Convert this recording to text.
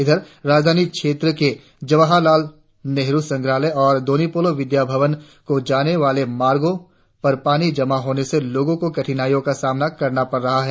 इधर राजधानी क्षेत्र के जवाहरलाल नेहरु संग्रहालय और दोन्यी पोलो विद्याभवन को जाने वाले मार्गों पर पानी जमा होने से लोगों को कठिनाईयों का सामना करना पड़ रहा है